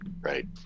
Right